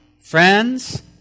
Friends